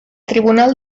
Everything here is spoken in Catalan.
tribunal